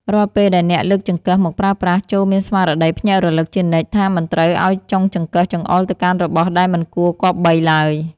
រាល់ពេលដែលអ្នកលើកចង្កឹះមកប្រើប្រាស់ចូរមានស្មារតីភ្ញាក់រលឹកជានិច្ចថាមិនត្រូវឱ្យចុងចង្កឹះចង្អុលទៅកាន់របស់ដែលមិនគួរគប្បីឡើយ។